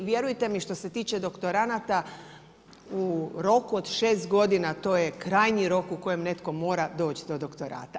I vjerujte mi što se tiče doktoranata u roku od šest godina to je krajnji rok u kojem netko mora doći do doktorata.